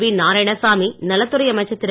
we Narayanasamy நலத்துறை அமைச்சர் திரு